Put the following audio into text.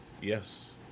Yes